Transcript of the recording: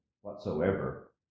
whatsoever